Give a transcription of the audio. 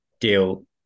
deal